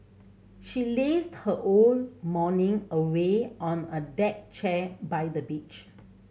she lazed her whole morning away on a deck chair by the beach